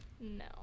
No